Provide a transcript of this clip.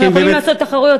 אנחנו יכולים לעשות תחרויות,